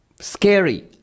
scary